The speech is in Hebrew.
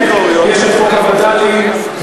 יש חוק הווד"לים,